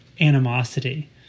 animosity